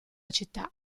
città